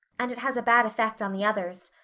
and it has a bad effect on the others.